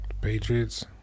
Patriots